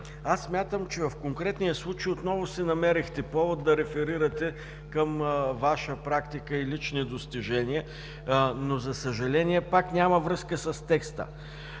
аз смятам, че в конкретния случай отново си намерихте повод да реферирате към Ваша практика и лични достижения, но за съжаление пак няма връзка с текста.